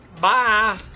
Bye